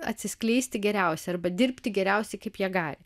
atsiskleisti geriausiai arba dirbti geriausiai kaip jie gali